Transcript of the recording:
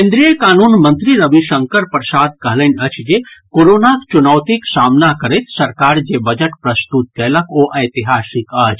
केन्द्रीय कानून मंत्री रविशंकर प्रसाद कहलनि अछि जे कोरोनाक चुनौतीक सामना करैत सरकार जे बजट प्रस्तुत कयलक ओ ऐतिहासिक अछि